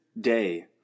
day